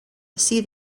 see